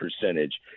percentage